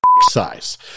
size